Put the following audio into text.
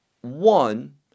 one